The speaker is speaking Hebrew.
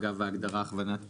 אגב ההגדרה "הכוונת פעולה",